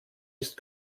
ist